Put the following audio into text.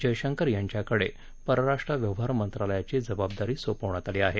जयशंकर यांच्याकडे परराष्ट्र व्यवहार मंत्रालयाची जबाबदारी सोपवण्यात आली आहे